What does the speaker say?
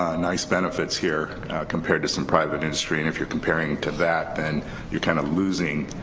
ah nice benefits here compared to some private industry and if you're comparing to that then you're kind of losing